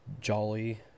jolly